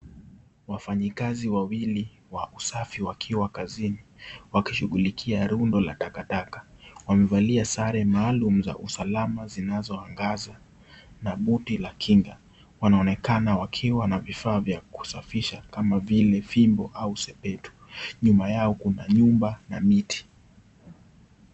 Wafanyikazi wawili wa usafi wakiwa kazini wakishughulikia rundo la takataka. Wamevalia sare maalum za usalama zinazoangaza na buti la kinga. Wanaonekana wakiwa na vifaa vya kusafisha kama vile fimbo au sepeto. Nyuma yao kuna nyumba na miti.